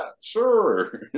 Sure